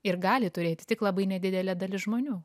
ir gali turėti tik labai nedidelė dalis žmonių